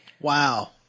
Wow